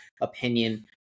opinion